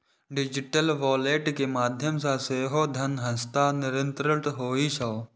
digital wallet के माध्यम सं सेहो धन हस्तांतरित होइ छै